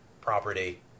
property